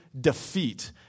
defeat